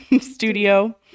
studio